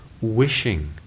wishing